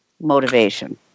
motivation